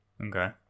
Okay